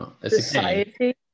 society